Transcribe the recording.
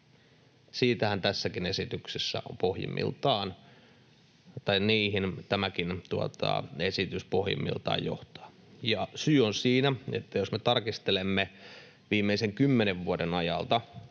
kannustinloukkujen rakentamisessa. Niihin tämäkin esitys pohjimmiltaan johtaa. Ja syy on siinä, että jos me tarkastelemme viimeisen kymmenen vuoden ajalta